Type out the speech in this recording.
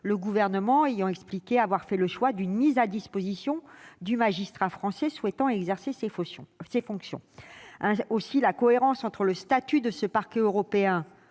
le Gouvernement expliquant avoir fait le choix d'une mise à disposition du magistrat français souhaitant exercer ces fonctions. Aussi la cohérence entre le statut de ce Parquet européen,